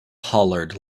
hollered